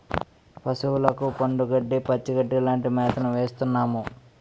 పశువులకు ఎండుగడ్డి, పచ్చిగడ్డీ లాంటి మేతను వేస్తున్నాము